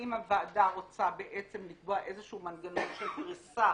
האם הוועדה רוצה בעצם לקבוע איזשהו מנגנון של פריסה